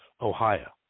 Ohio